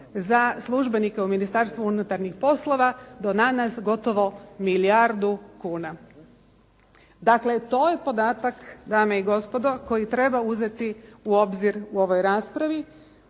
za službenike u Ministarstvu unutarnjih poslova do danas gotovo milijardu kuna. Dakle, to je podatak dame i gospodo koji treba uzeti u obzir u ovoj raspravi